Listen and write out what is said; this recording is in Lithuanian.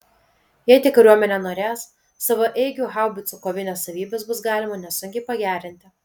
jei tik kariuomenė norės savaeigių haubicų kovinės savybės bus galima nesunkiai pagerinti